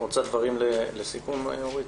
רוצה דברים לסיכום, אורית?